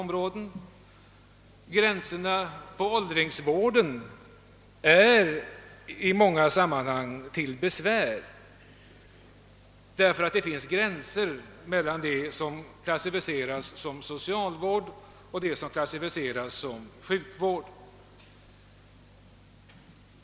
Även gränserna inom åldringsvården är besvärliga att dra vid klassificeringen av socialvårdsoch sjukvårdsfall.